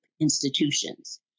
institutions